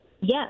Yes